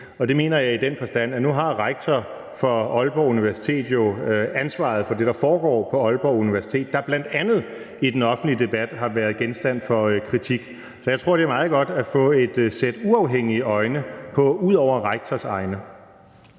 og det mener jeg i den forstand, at nu har rektor for Aalborg Universitet jo ansvaret for det, der foregår på Aalborg Universitet, der bl.a. i den offentlige debat har været genstand for kritik. Så jeg tror, det er meget godt at få et sæt uafhængige øjne på ud over rektors egne.